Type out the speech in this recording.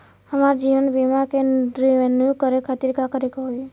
हमार जीवन बीमा के रिन्यू करे खातिर का करे के होई?